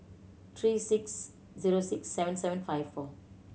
three six zero six seven seven five four